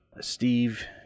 Steve